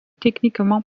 techniquement